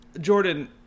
jordan